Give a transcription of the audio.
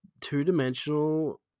two-dimensional